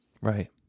Right